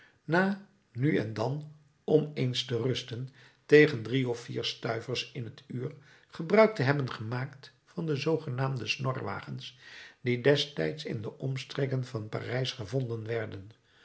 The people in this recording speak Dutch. na nu en dan om eens te rusten tegen drie of vier stuivers in t uur gebruik te hebben gemaakt van de zoogenaamde snorwagens die destijds in de omstreken van parijs gevonden werden te